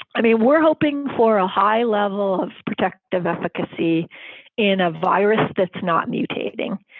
i mean, we're hoping for a high level of protective efficacy in a virus that's not mutating.